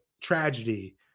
tragedy